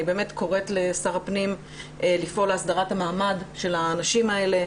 אני קוראת לשר הפנים לפעול להסדרת המעמד של הנשים האלה,